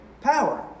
power